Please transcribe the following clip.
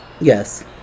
Yes